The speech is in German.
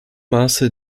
maße